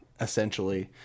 essentially